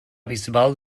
bisbal